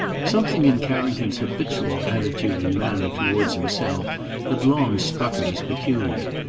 something in carrington's habitual attitude and manner towards himself had long struck him as peculiar,